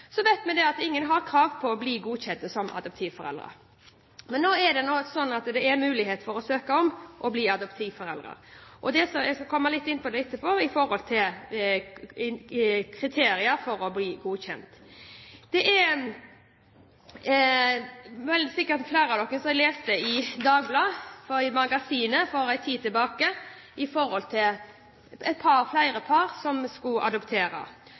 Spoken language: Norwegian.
Så vet vi at ingen har krav på å bli godkjent som adoptivforeldre. Men nå er det nå slik at det er mulig å søke om å bli adoptivforeldre. Jeg skal etterpå komme litt inn på kriteriene for å bli godkjent. Det er vel sikkert flere av dere som leste i Dagbladet Magasinet for en tid tilbake om flere foreldrepar som skulle adoptere.